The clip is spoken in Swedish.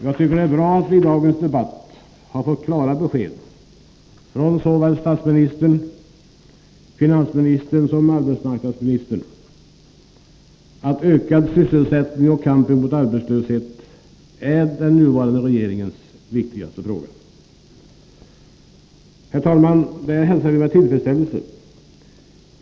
Jag tycker det är bra att vi i dagens debatt har fått klara besked från såväl statsministern och finansministern som arbetsmarknadsministern att ökad sysselsättning och kamp mot arbetslöshet är den nuvarande regeringens viktigaste fråga. Herr talman! Detta hälsar vi med tillfredsställelse.